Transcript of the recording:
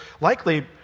likely